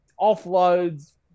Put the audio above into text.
offloads